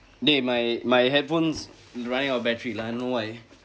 dey my my headphones running out of battery lah don't know why